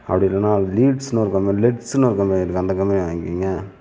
அப்படி இல்லைனா லீட்ஸ்னு ஒரு கம்பெனி லெட்ஸ்னு ஒரு கம்பெனி இருக்குது அந்த கம்பெனி வாங்கிக்கோங்க